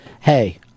hey